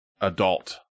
adult